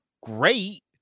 great